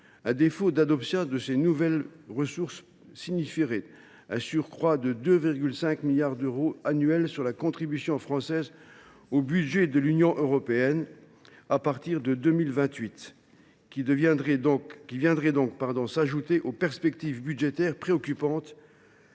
un défaut d’adoption de ces nouvelles ressources signifierait un surcroît de 2,5 milliards d’euros annuels sur la contribution française au budget de l’Union européenne à partir de 2028, qui s’ajouterait aux perspectives budgétaires préoccupantes